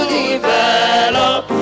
develop